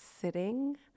sitting